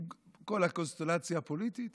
ועם כל הקונסטלציה הפוליטית